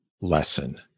lesson